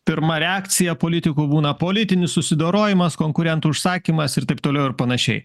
pirma reakcija politikų būna politinis susidorojimas konkurentų užsakymas ir taip toliau ir panašiai